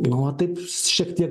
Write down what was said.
nu tai šiek tiek